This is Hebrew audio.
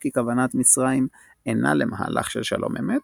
כי כוונת מצרים איננה למהלך של שלום אמת,